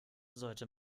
sollte